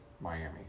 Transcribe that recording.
Miami